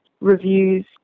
reviews